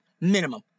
minimum